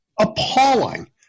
appalling